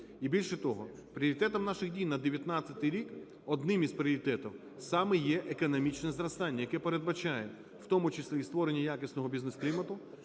І, більше того, пріоритетом наших дій на 2019 рік, одним із пріоритетів, саме є економічне зростання, яке передбачає в тому числі створення якісного бізнес-клімату